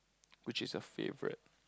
which is your favourite